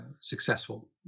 successful